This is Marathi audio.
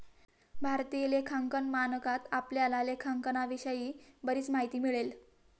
भारतीय लेखांकन मानकात आपल्याला लेखांकनाविषयी बरीच माहिती मिळेल